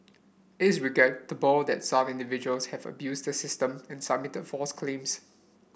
it's regrettable that some individuals have abused the system and submitted false claims